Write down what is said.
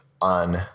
on